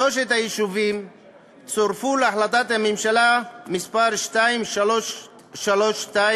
שלושת היישובים צורפו להחלטת הממשלה מס' 2332,